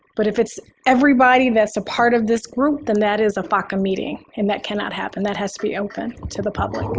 but if it's everybody that's a part of this group, then that is a faca meeting. and that cannot happen, that has to be open to the public.